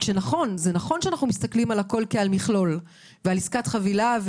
נכון שאנחנו מסתכלים על הכול כמכלול ועל עסקת חבילה,